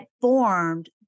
formed